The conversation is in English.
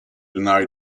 deny